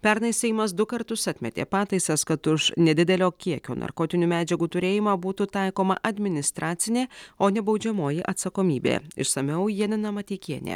pernai seimas du kartus atmetė pataisas kad už nedidelio kiekio narkotinių medžiagų turėjimą būtų taikoma administracinė o ne baudžiamoji atsakomybė išsamiau janina mateikienė